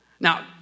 Now